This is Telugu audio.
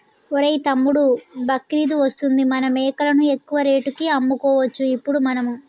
ఒరేయ్ తమ్ముడు బక్రీద్ వస్తుంది మన మేకలను ఎక్కువ రేటుకి అమ్ముకోవచ్చు ఇప్పుడు మనము